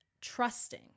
trusting